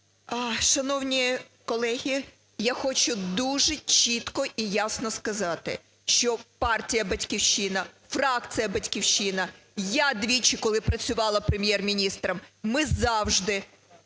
Шановні колеги, я хочу дуже чітко і ясно сказати, що партія "Батьківщина", фракція "Батьківщина", я двічі, коли працювала Прем'єр-міністром, ми завжди